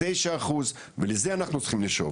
תשע אחוז ולזה אנחנו צריכים לשאוף,